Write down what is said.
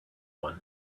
one